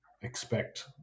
expect